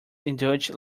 indulged